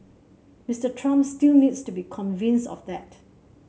Mister Trump still needs to be convinced of that